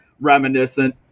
reminiscent